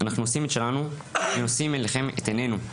אנחנו עושים את שלנו ונושאים אליכם את עיננו,